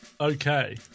Okay